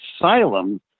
asylum